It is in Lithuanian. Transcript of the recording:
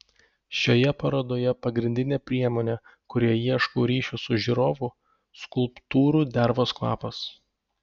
šioje parodoje pagrindinė priemonė kuria ieškau ryšio su žiūrovu skulptūrų dervos kvapas